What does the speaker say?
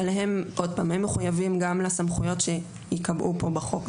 אבל הם מחויבים גם לסמכויות שייקבעו פה בחוק.